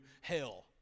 hell